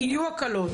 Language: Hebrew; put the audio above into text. יהיו הקלות.